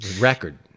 record